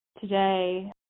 today